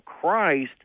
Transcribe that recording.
Christ